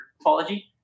apology